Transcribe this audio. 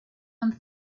one